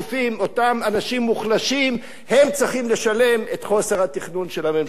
אותם אנשים מוחלשים הם צריכים לשלם את חוסר התכנון של הממשלה הזאת.